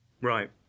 Right